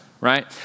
Right